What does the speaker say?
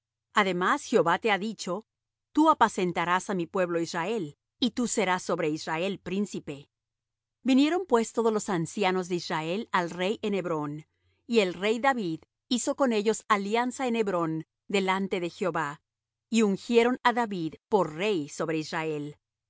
además jehová te ha dicho tú apacentarás á mi pueblo israel y tú serás sobre israel príncipe vinieron pues todos los ancianos de israel al rey en hebrón y el rey david hizo con ellos alianza en hebrón delante de jehová y ungieron á david por rey sobre israel